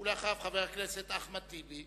אחריו, חבר הכנסת אחמד טיבי,